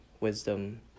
wisdom